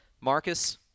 Marcus